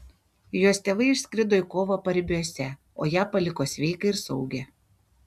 jos tėvai išskrido į kovą paribiuose o ją paliko sveiką ir saugią